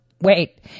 wait